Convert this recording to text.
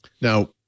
Now